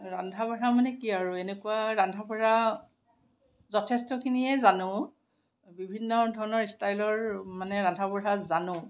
ৰন্ধা বঢ়া মানে কি আৰু এনেকুৱা ৰন্ধা বঢ়া যথেষ্টখিনিয়ে জানোঁ বিভিন্ন ধৰণৰ ইষ্টাইলৰ মানে ৰন্ধা বঢ়া জানোঁ